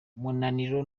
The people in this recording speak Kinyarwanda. umunaniro